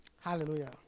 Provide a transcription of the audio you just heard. Hallelujah